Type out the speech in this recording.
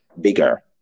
bigger